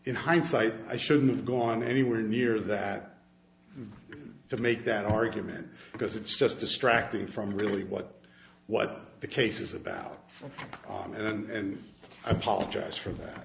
in hindsight i shouldn't have gone anywhere near that to make that argument because it's just distracting from really what what the case is about for me and i apologize for that